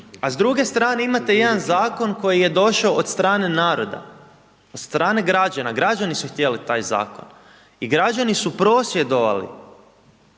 A s druge strane imate jedan zakon koji je došao od strane naroda, od strane građana, građani su htjeli taj zakon i građani su prosvjedovali,